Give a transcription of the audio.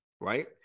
Right